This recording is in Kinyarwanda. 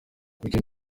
weekend